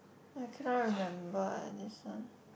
I cannot remember ah this one